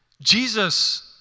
Jesus